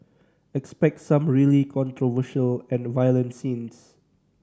expect some really controversial and violent scenes